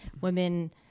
Women